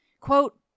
Quote